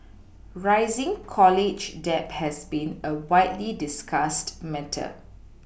rising college debt has been a widely discussed matter